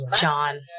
John